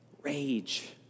rage